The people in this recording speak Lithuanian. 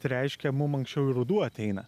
tai reiškia mum anksčiau ir ruduo ateina